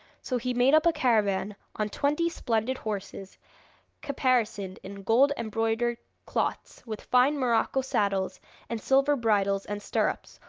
so he made up a caravan on twenty splendid horses caparisoned in gold embroidered cloths, with fine morocco saddles and silver bridles and stirrups,